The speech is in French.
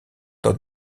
dans